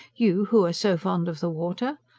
you who'er so fond of the water.